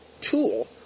tool